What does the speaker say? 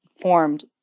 formed